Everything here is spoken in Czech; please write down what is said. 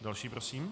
Další prosím.